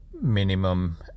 minimum